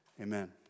Amen